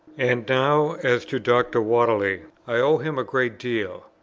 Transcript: and now as to dr. whately. i owe him a great deal.